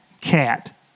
Cat